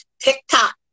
TikTok